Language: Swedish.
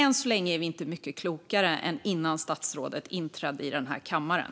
Än så länge är vi inte mycket klokare än vi var innan statsrådet inträdde i kammaren.